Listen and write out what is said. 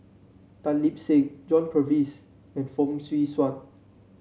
Tan Lip Seng John Purvis and Fong Swee Suan